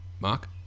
Mark